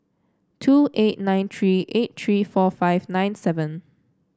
two eight nine three eight three four five nine seven